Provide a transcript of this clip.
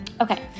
okay